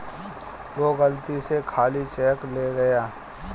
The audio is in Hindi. वो गलती से खाली चेक ले गया